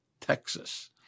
Texas